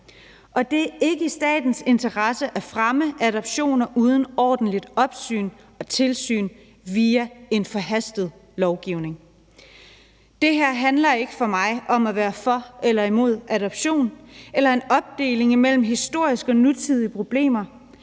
og det er ikke i statens interesse at fremme adoptioner uden et ordentligt opsyn og tilsyn via en forhastet lovgivning. Det her handler for mig at se ikke om at være for eller imod adoptioner eller om en opdeling imellem historiske og nutidige problemer,